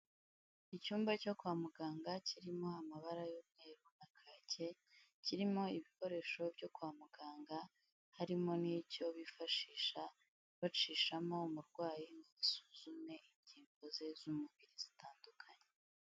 Icyumba cyo kwa muganga kirimo amabara y'umweru na kake, kirimo ibikoresho byo kwa muganga, harimo n'icyo bifashisha bacishamo umurwayi ngo basuzume ingingo ze z'umubiri zitandukanye.